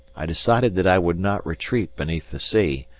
i decided that i would not retreat beneath the sea,